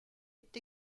est